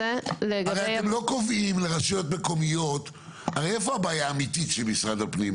הרי איפה הבעיה האמיתית של משרד הפנים,